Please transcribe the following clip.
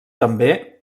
també